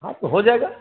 हाँ तो हो जाएगा